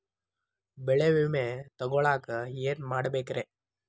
ಬೆಳೆ ವಿಮೆ ತಗೊಳಾಕ ಏನ್ ಮಾಡಬೇಕ್ರೇ?